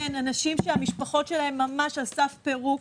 כן, אנשים שהמשפחות שלהם ממש על סף פירוק,